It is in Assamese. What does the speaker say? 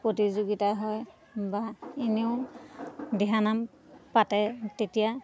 প্ৰতিযোগিতা হয় বা এনেও দিহানাম পাতে তেতিয়া